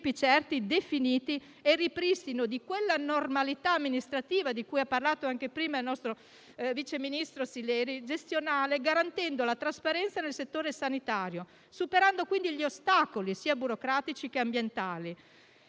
tempi certi e definiti e il ripristino di quella normalità amministrativa e gestionale di cui ha parlato anche prima il vice ministro Sileri, garantendo la trasparenza nel settore sanitario e superando quindi gli ostacoli burocratici e ambientali.